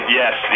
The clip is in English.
yes